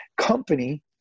company